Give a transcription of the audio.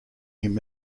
him